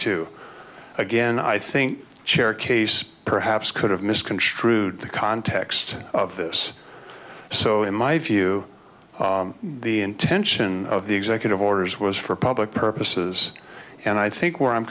two again i think chair case perhaps could have misconstrued the context of this so in my view the intention of the executive orders was for public purposes and i think where i'm